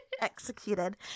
Executed